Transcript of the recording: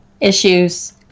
issues